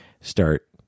start